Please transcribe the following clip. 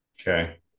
Okay